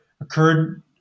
occurred